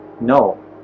no